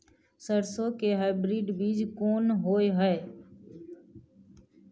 सरसो के हाइब्रिड बीज कोन होय है?